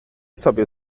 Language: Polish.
sobie